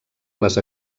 les